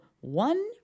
one